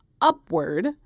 upward